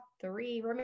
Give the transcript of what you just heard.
three